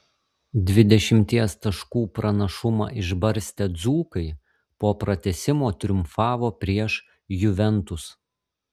dvidešimties taškų pranašumą išbarstę dzūkai po pratęsimo triumfavo prieš juventus